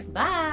Bye